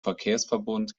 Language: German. verkehrsverbund